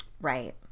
Right